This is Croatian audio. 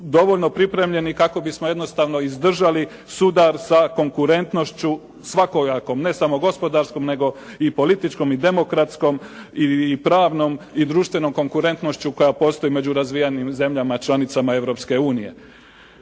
dovoljno pripremljeni kako bismo jednostavno izdržali sudar sa konkurentnošću svakoga, ne samo gospodarskom nego i političkom i demokratskom i pravnom i društvenom konkurentnošću koja postoji među razvijenim zemljama članicama Europske unije.